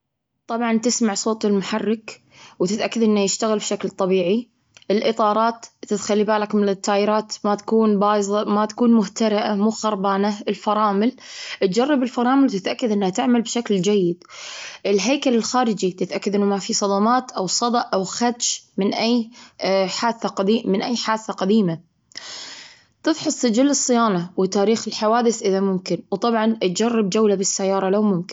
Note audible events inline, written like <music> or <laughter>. طبعا، تسمع صوت المحرك وتتأكد أنه يشتغل بشكل طبيعي. الإطارات، تخلي بالك من التيارات ما تكون بايظة ما تكون مهترئ موخربانة. الفرامل، تجرب الفرامل وتتأكد أنها تعمل بشكل جيد. الهيكل الخارجي، تتأكد أنه ما في صدمات أو صدأ أو خدش من أي <hesitation> حادثة قديمة. تفحص سجل الصيانة وتاريخ الحوادث إذا ممكن. وطبعا، تجرب جولة بالسيارة لوممك-.